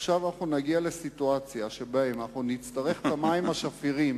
עכשיו נגיע לסיטואציה שנצטרך את המים השפירים